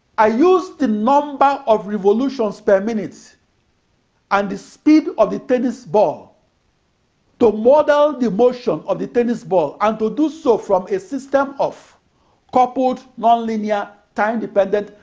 i use the number of revolutions per minute and the speed of the tennis ball to model the motion of the tennis ball and do so from a system of coupled, non-linear, time-dependent,